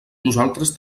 nosaltres